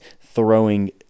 throwing